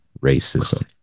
racism